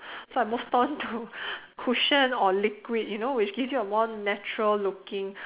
so I've moved on to cushion or liquid you know which gives you a more natural looking